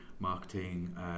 marketing